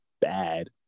bad